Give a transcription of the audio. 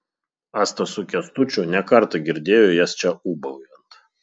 asta su kęstučiu ne kartą girdėjo jas čia ūbaujant